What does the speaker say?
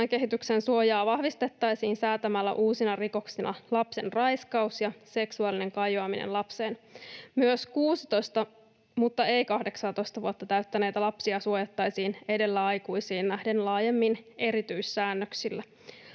lapsen raiskaus ja seksuaalinen kajoaminen lapseen. Myös 16 mutta ei 18 vuotta täyttäneitä lapsia suojattaisiin edellä aikuisiin nähden laajemmin erityissäännöksillä.